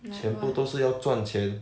全部都是要赚钱